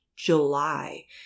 July